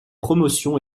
promotion